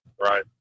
Right